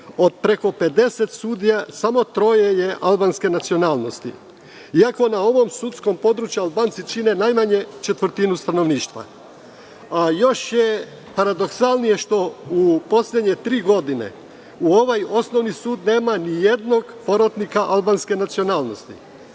od preko 50 sudija samo troje je albanske nacionalnosti. Iako na ovom sudskom području Albanci čine najmanje četvrtinu stanovništva. Još je paradoksalnije što u poslednje tri godine u ovom osnovnom sudu nema ni jednog porotnika albanske nacionalnosti,